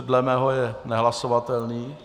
Dle mého je nehlasovatelný.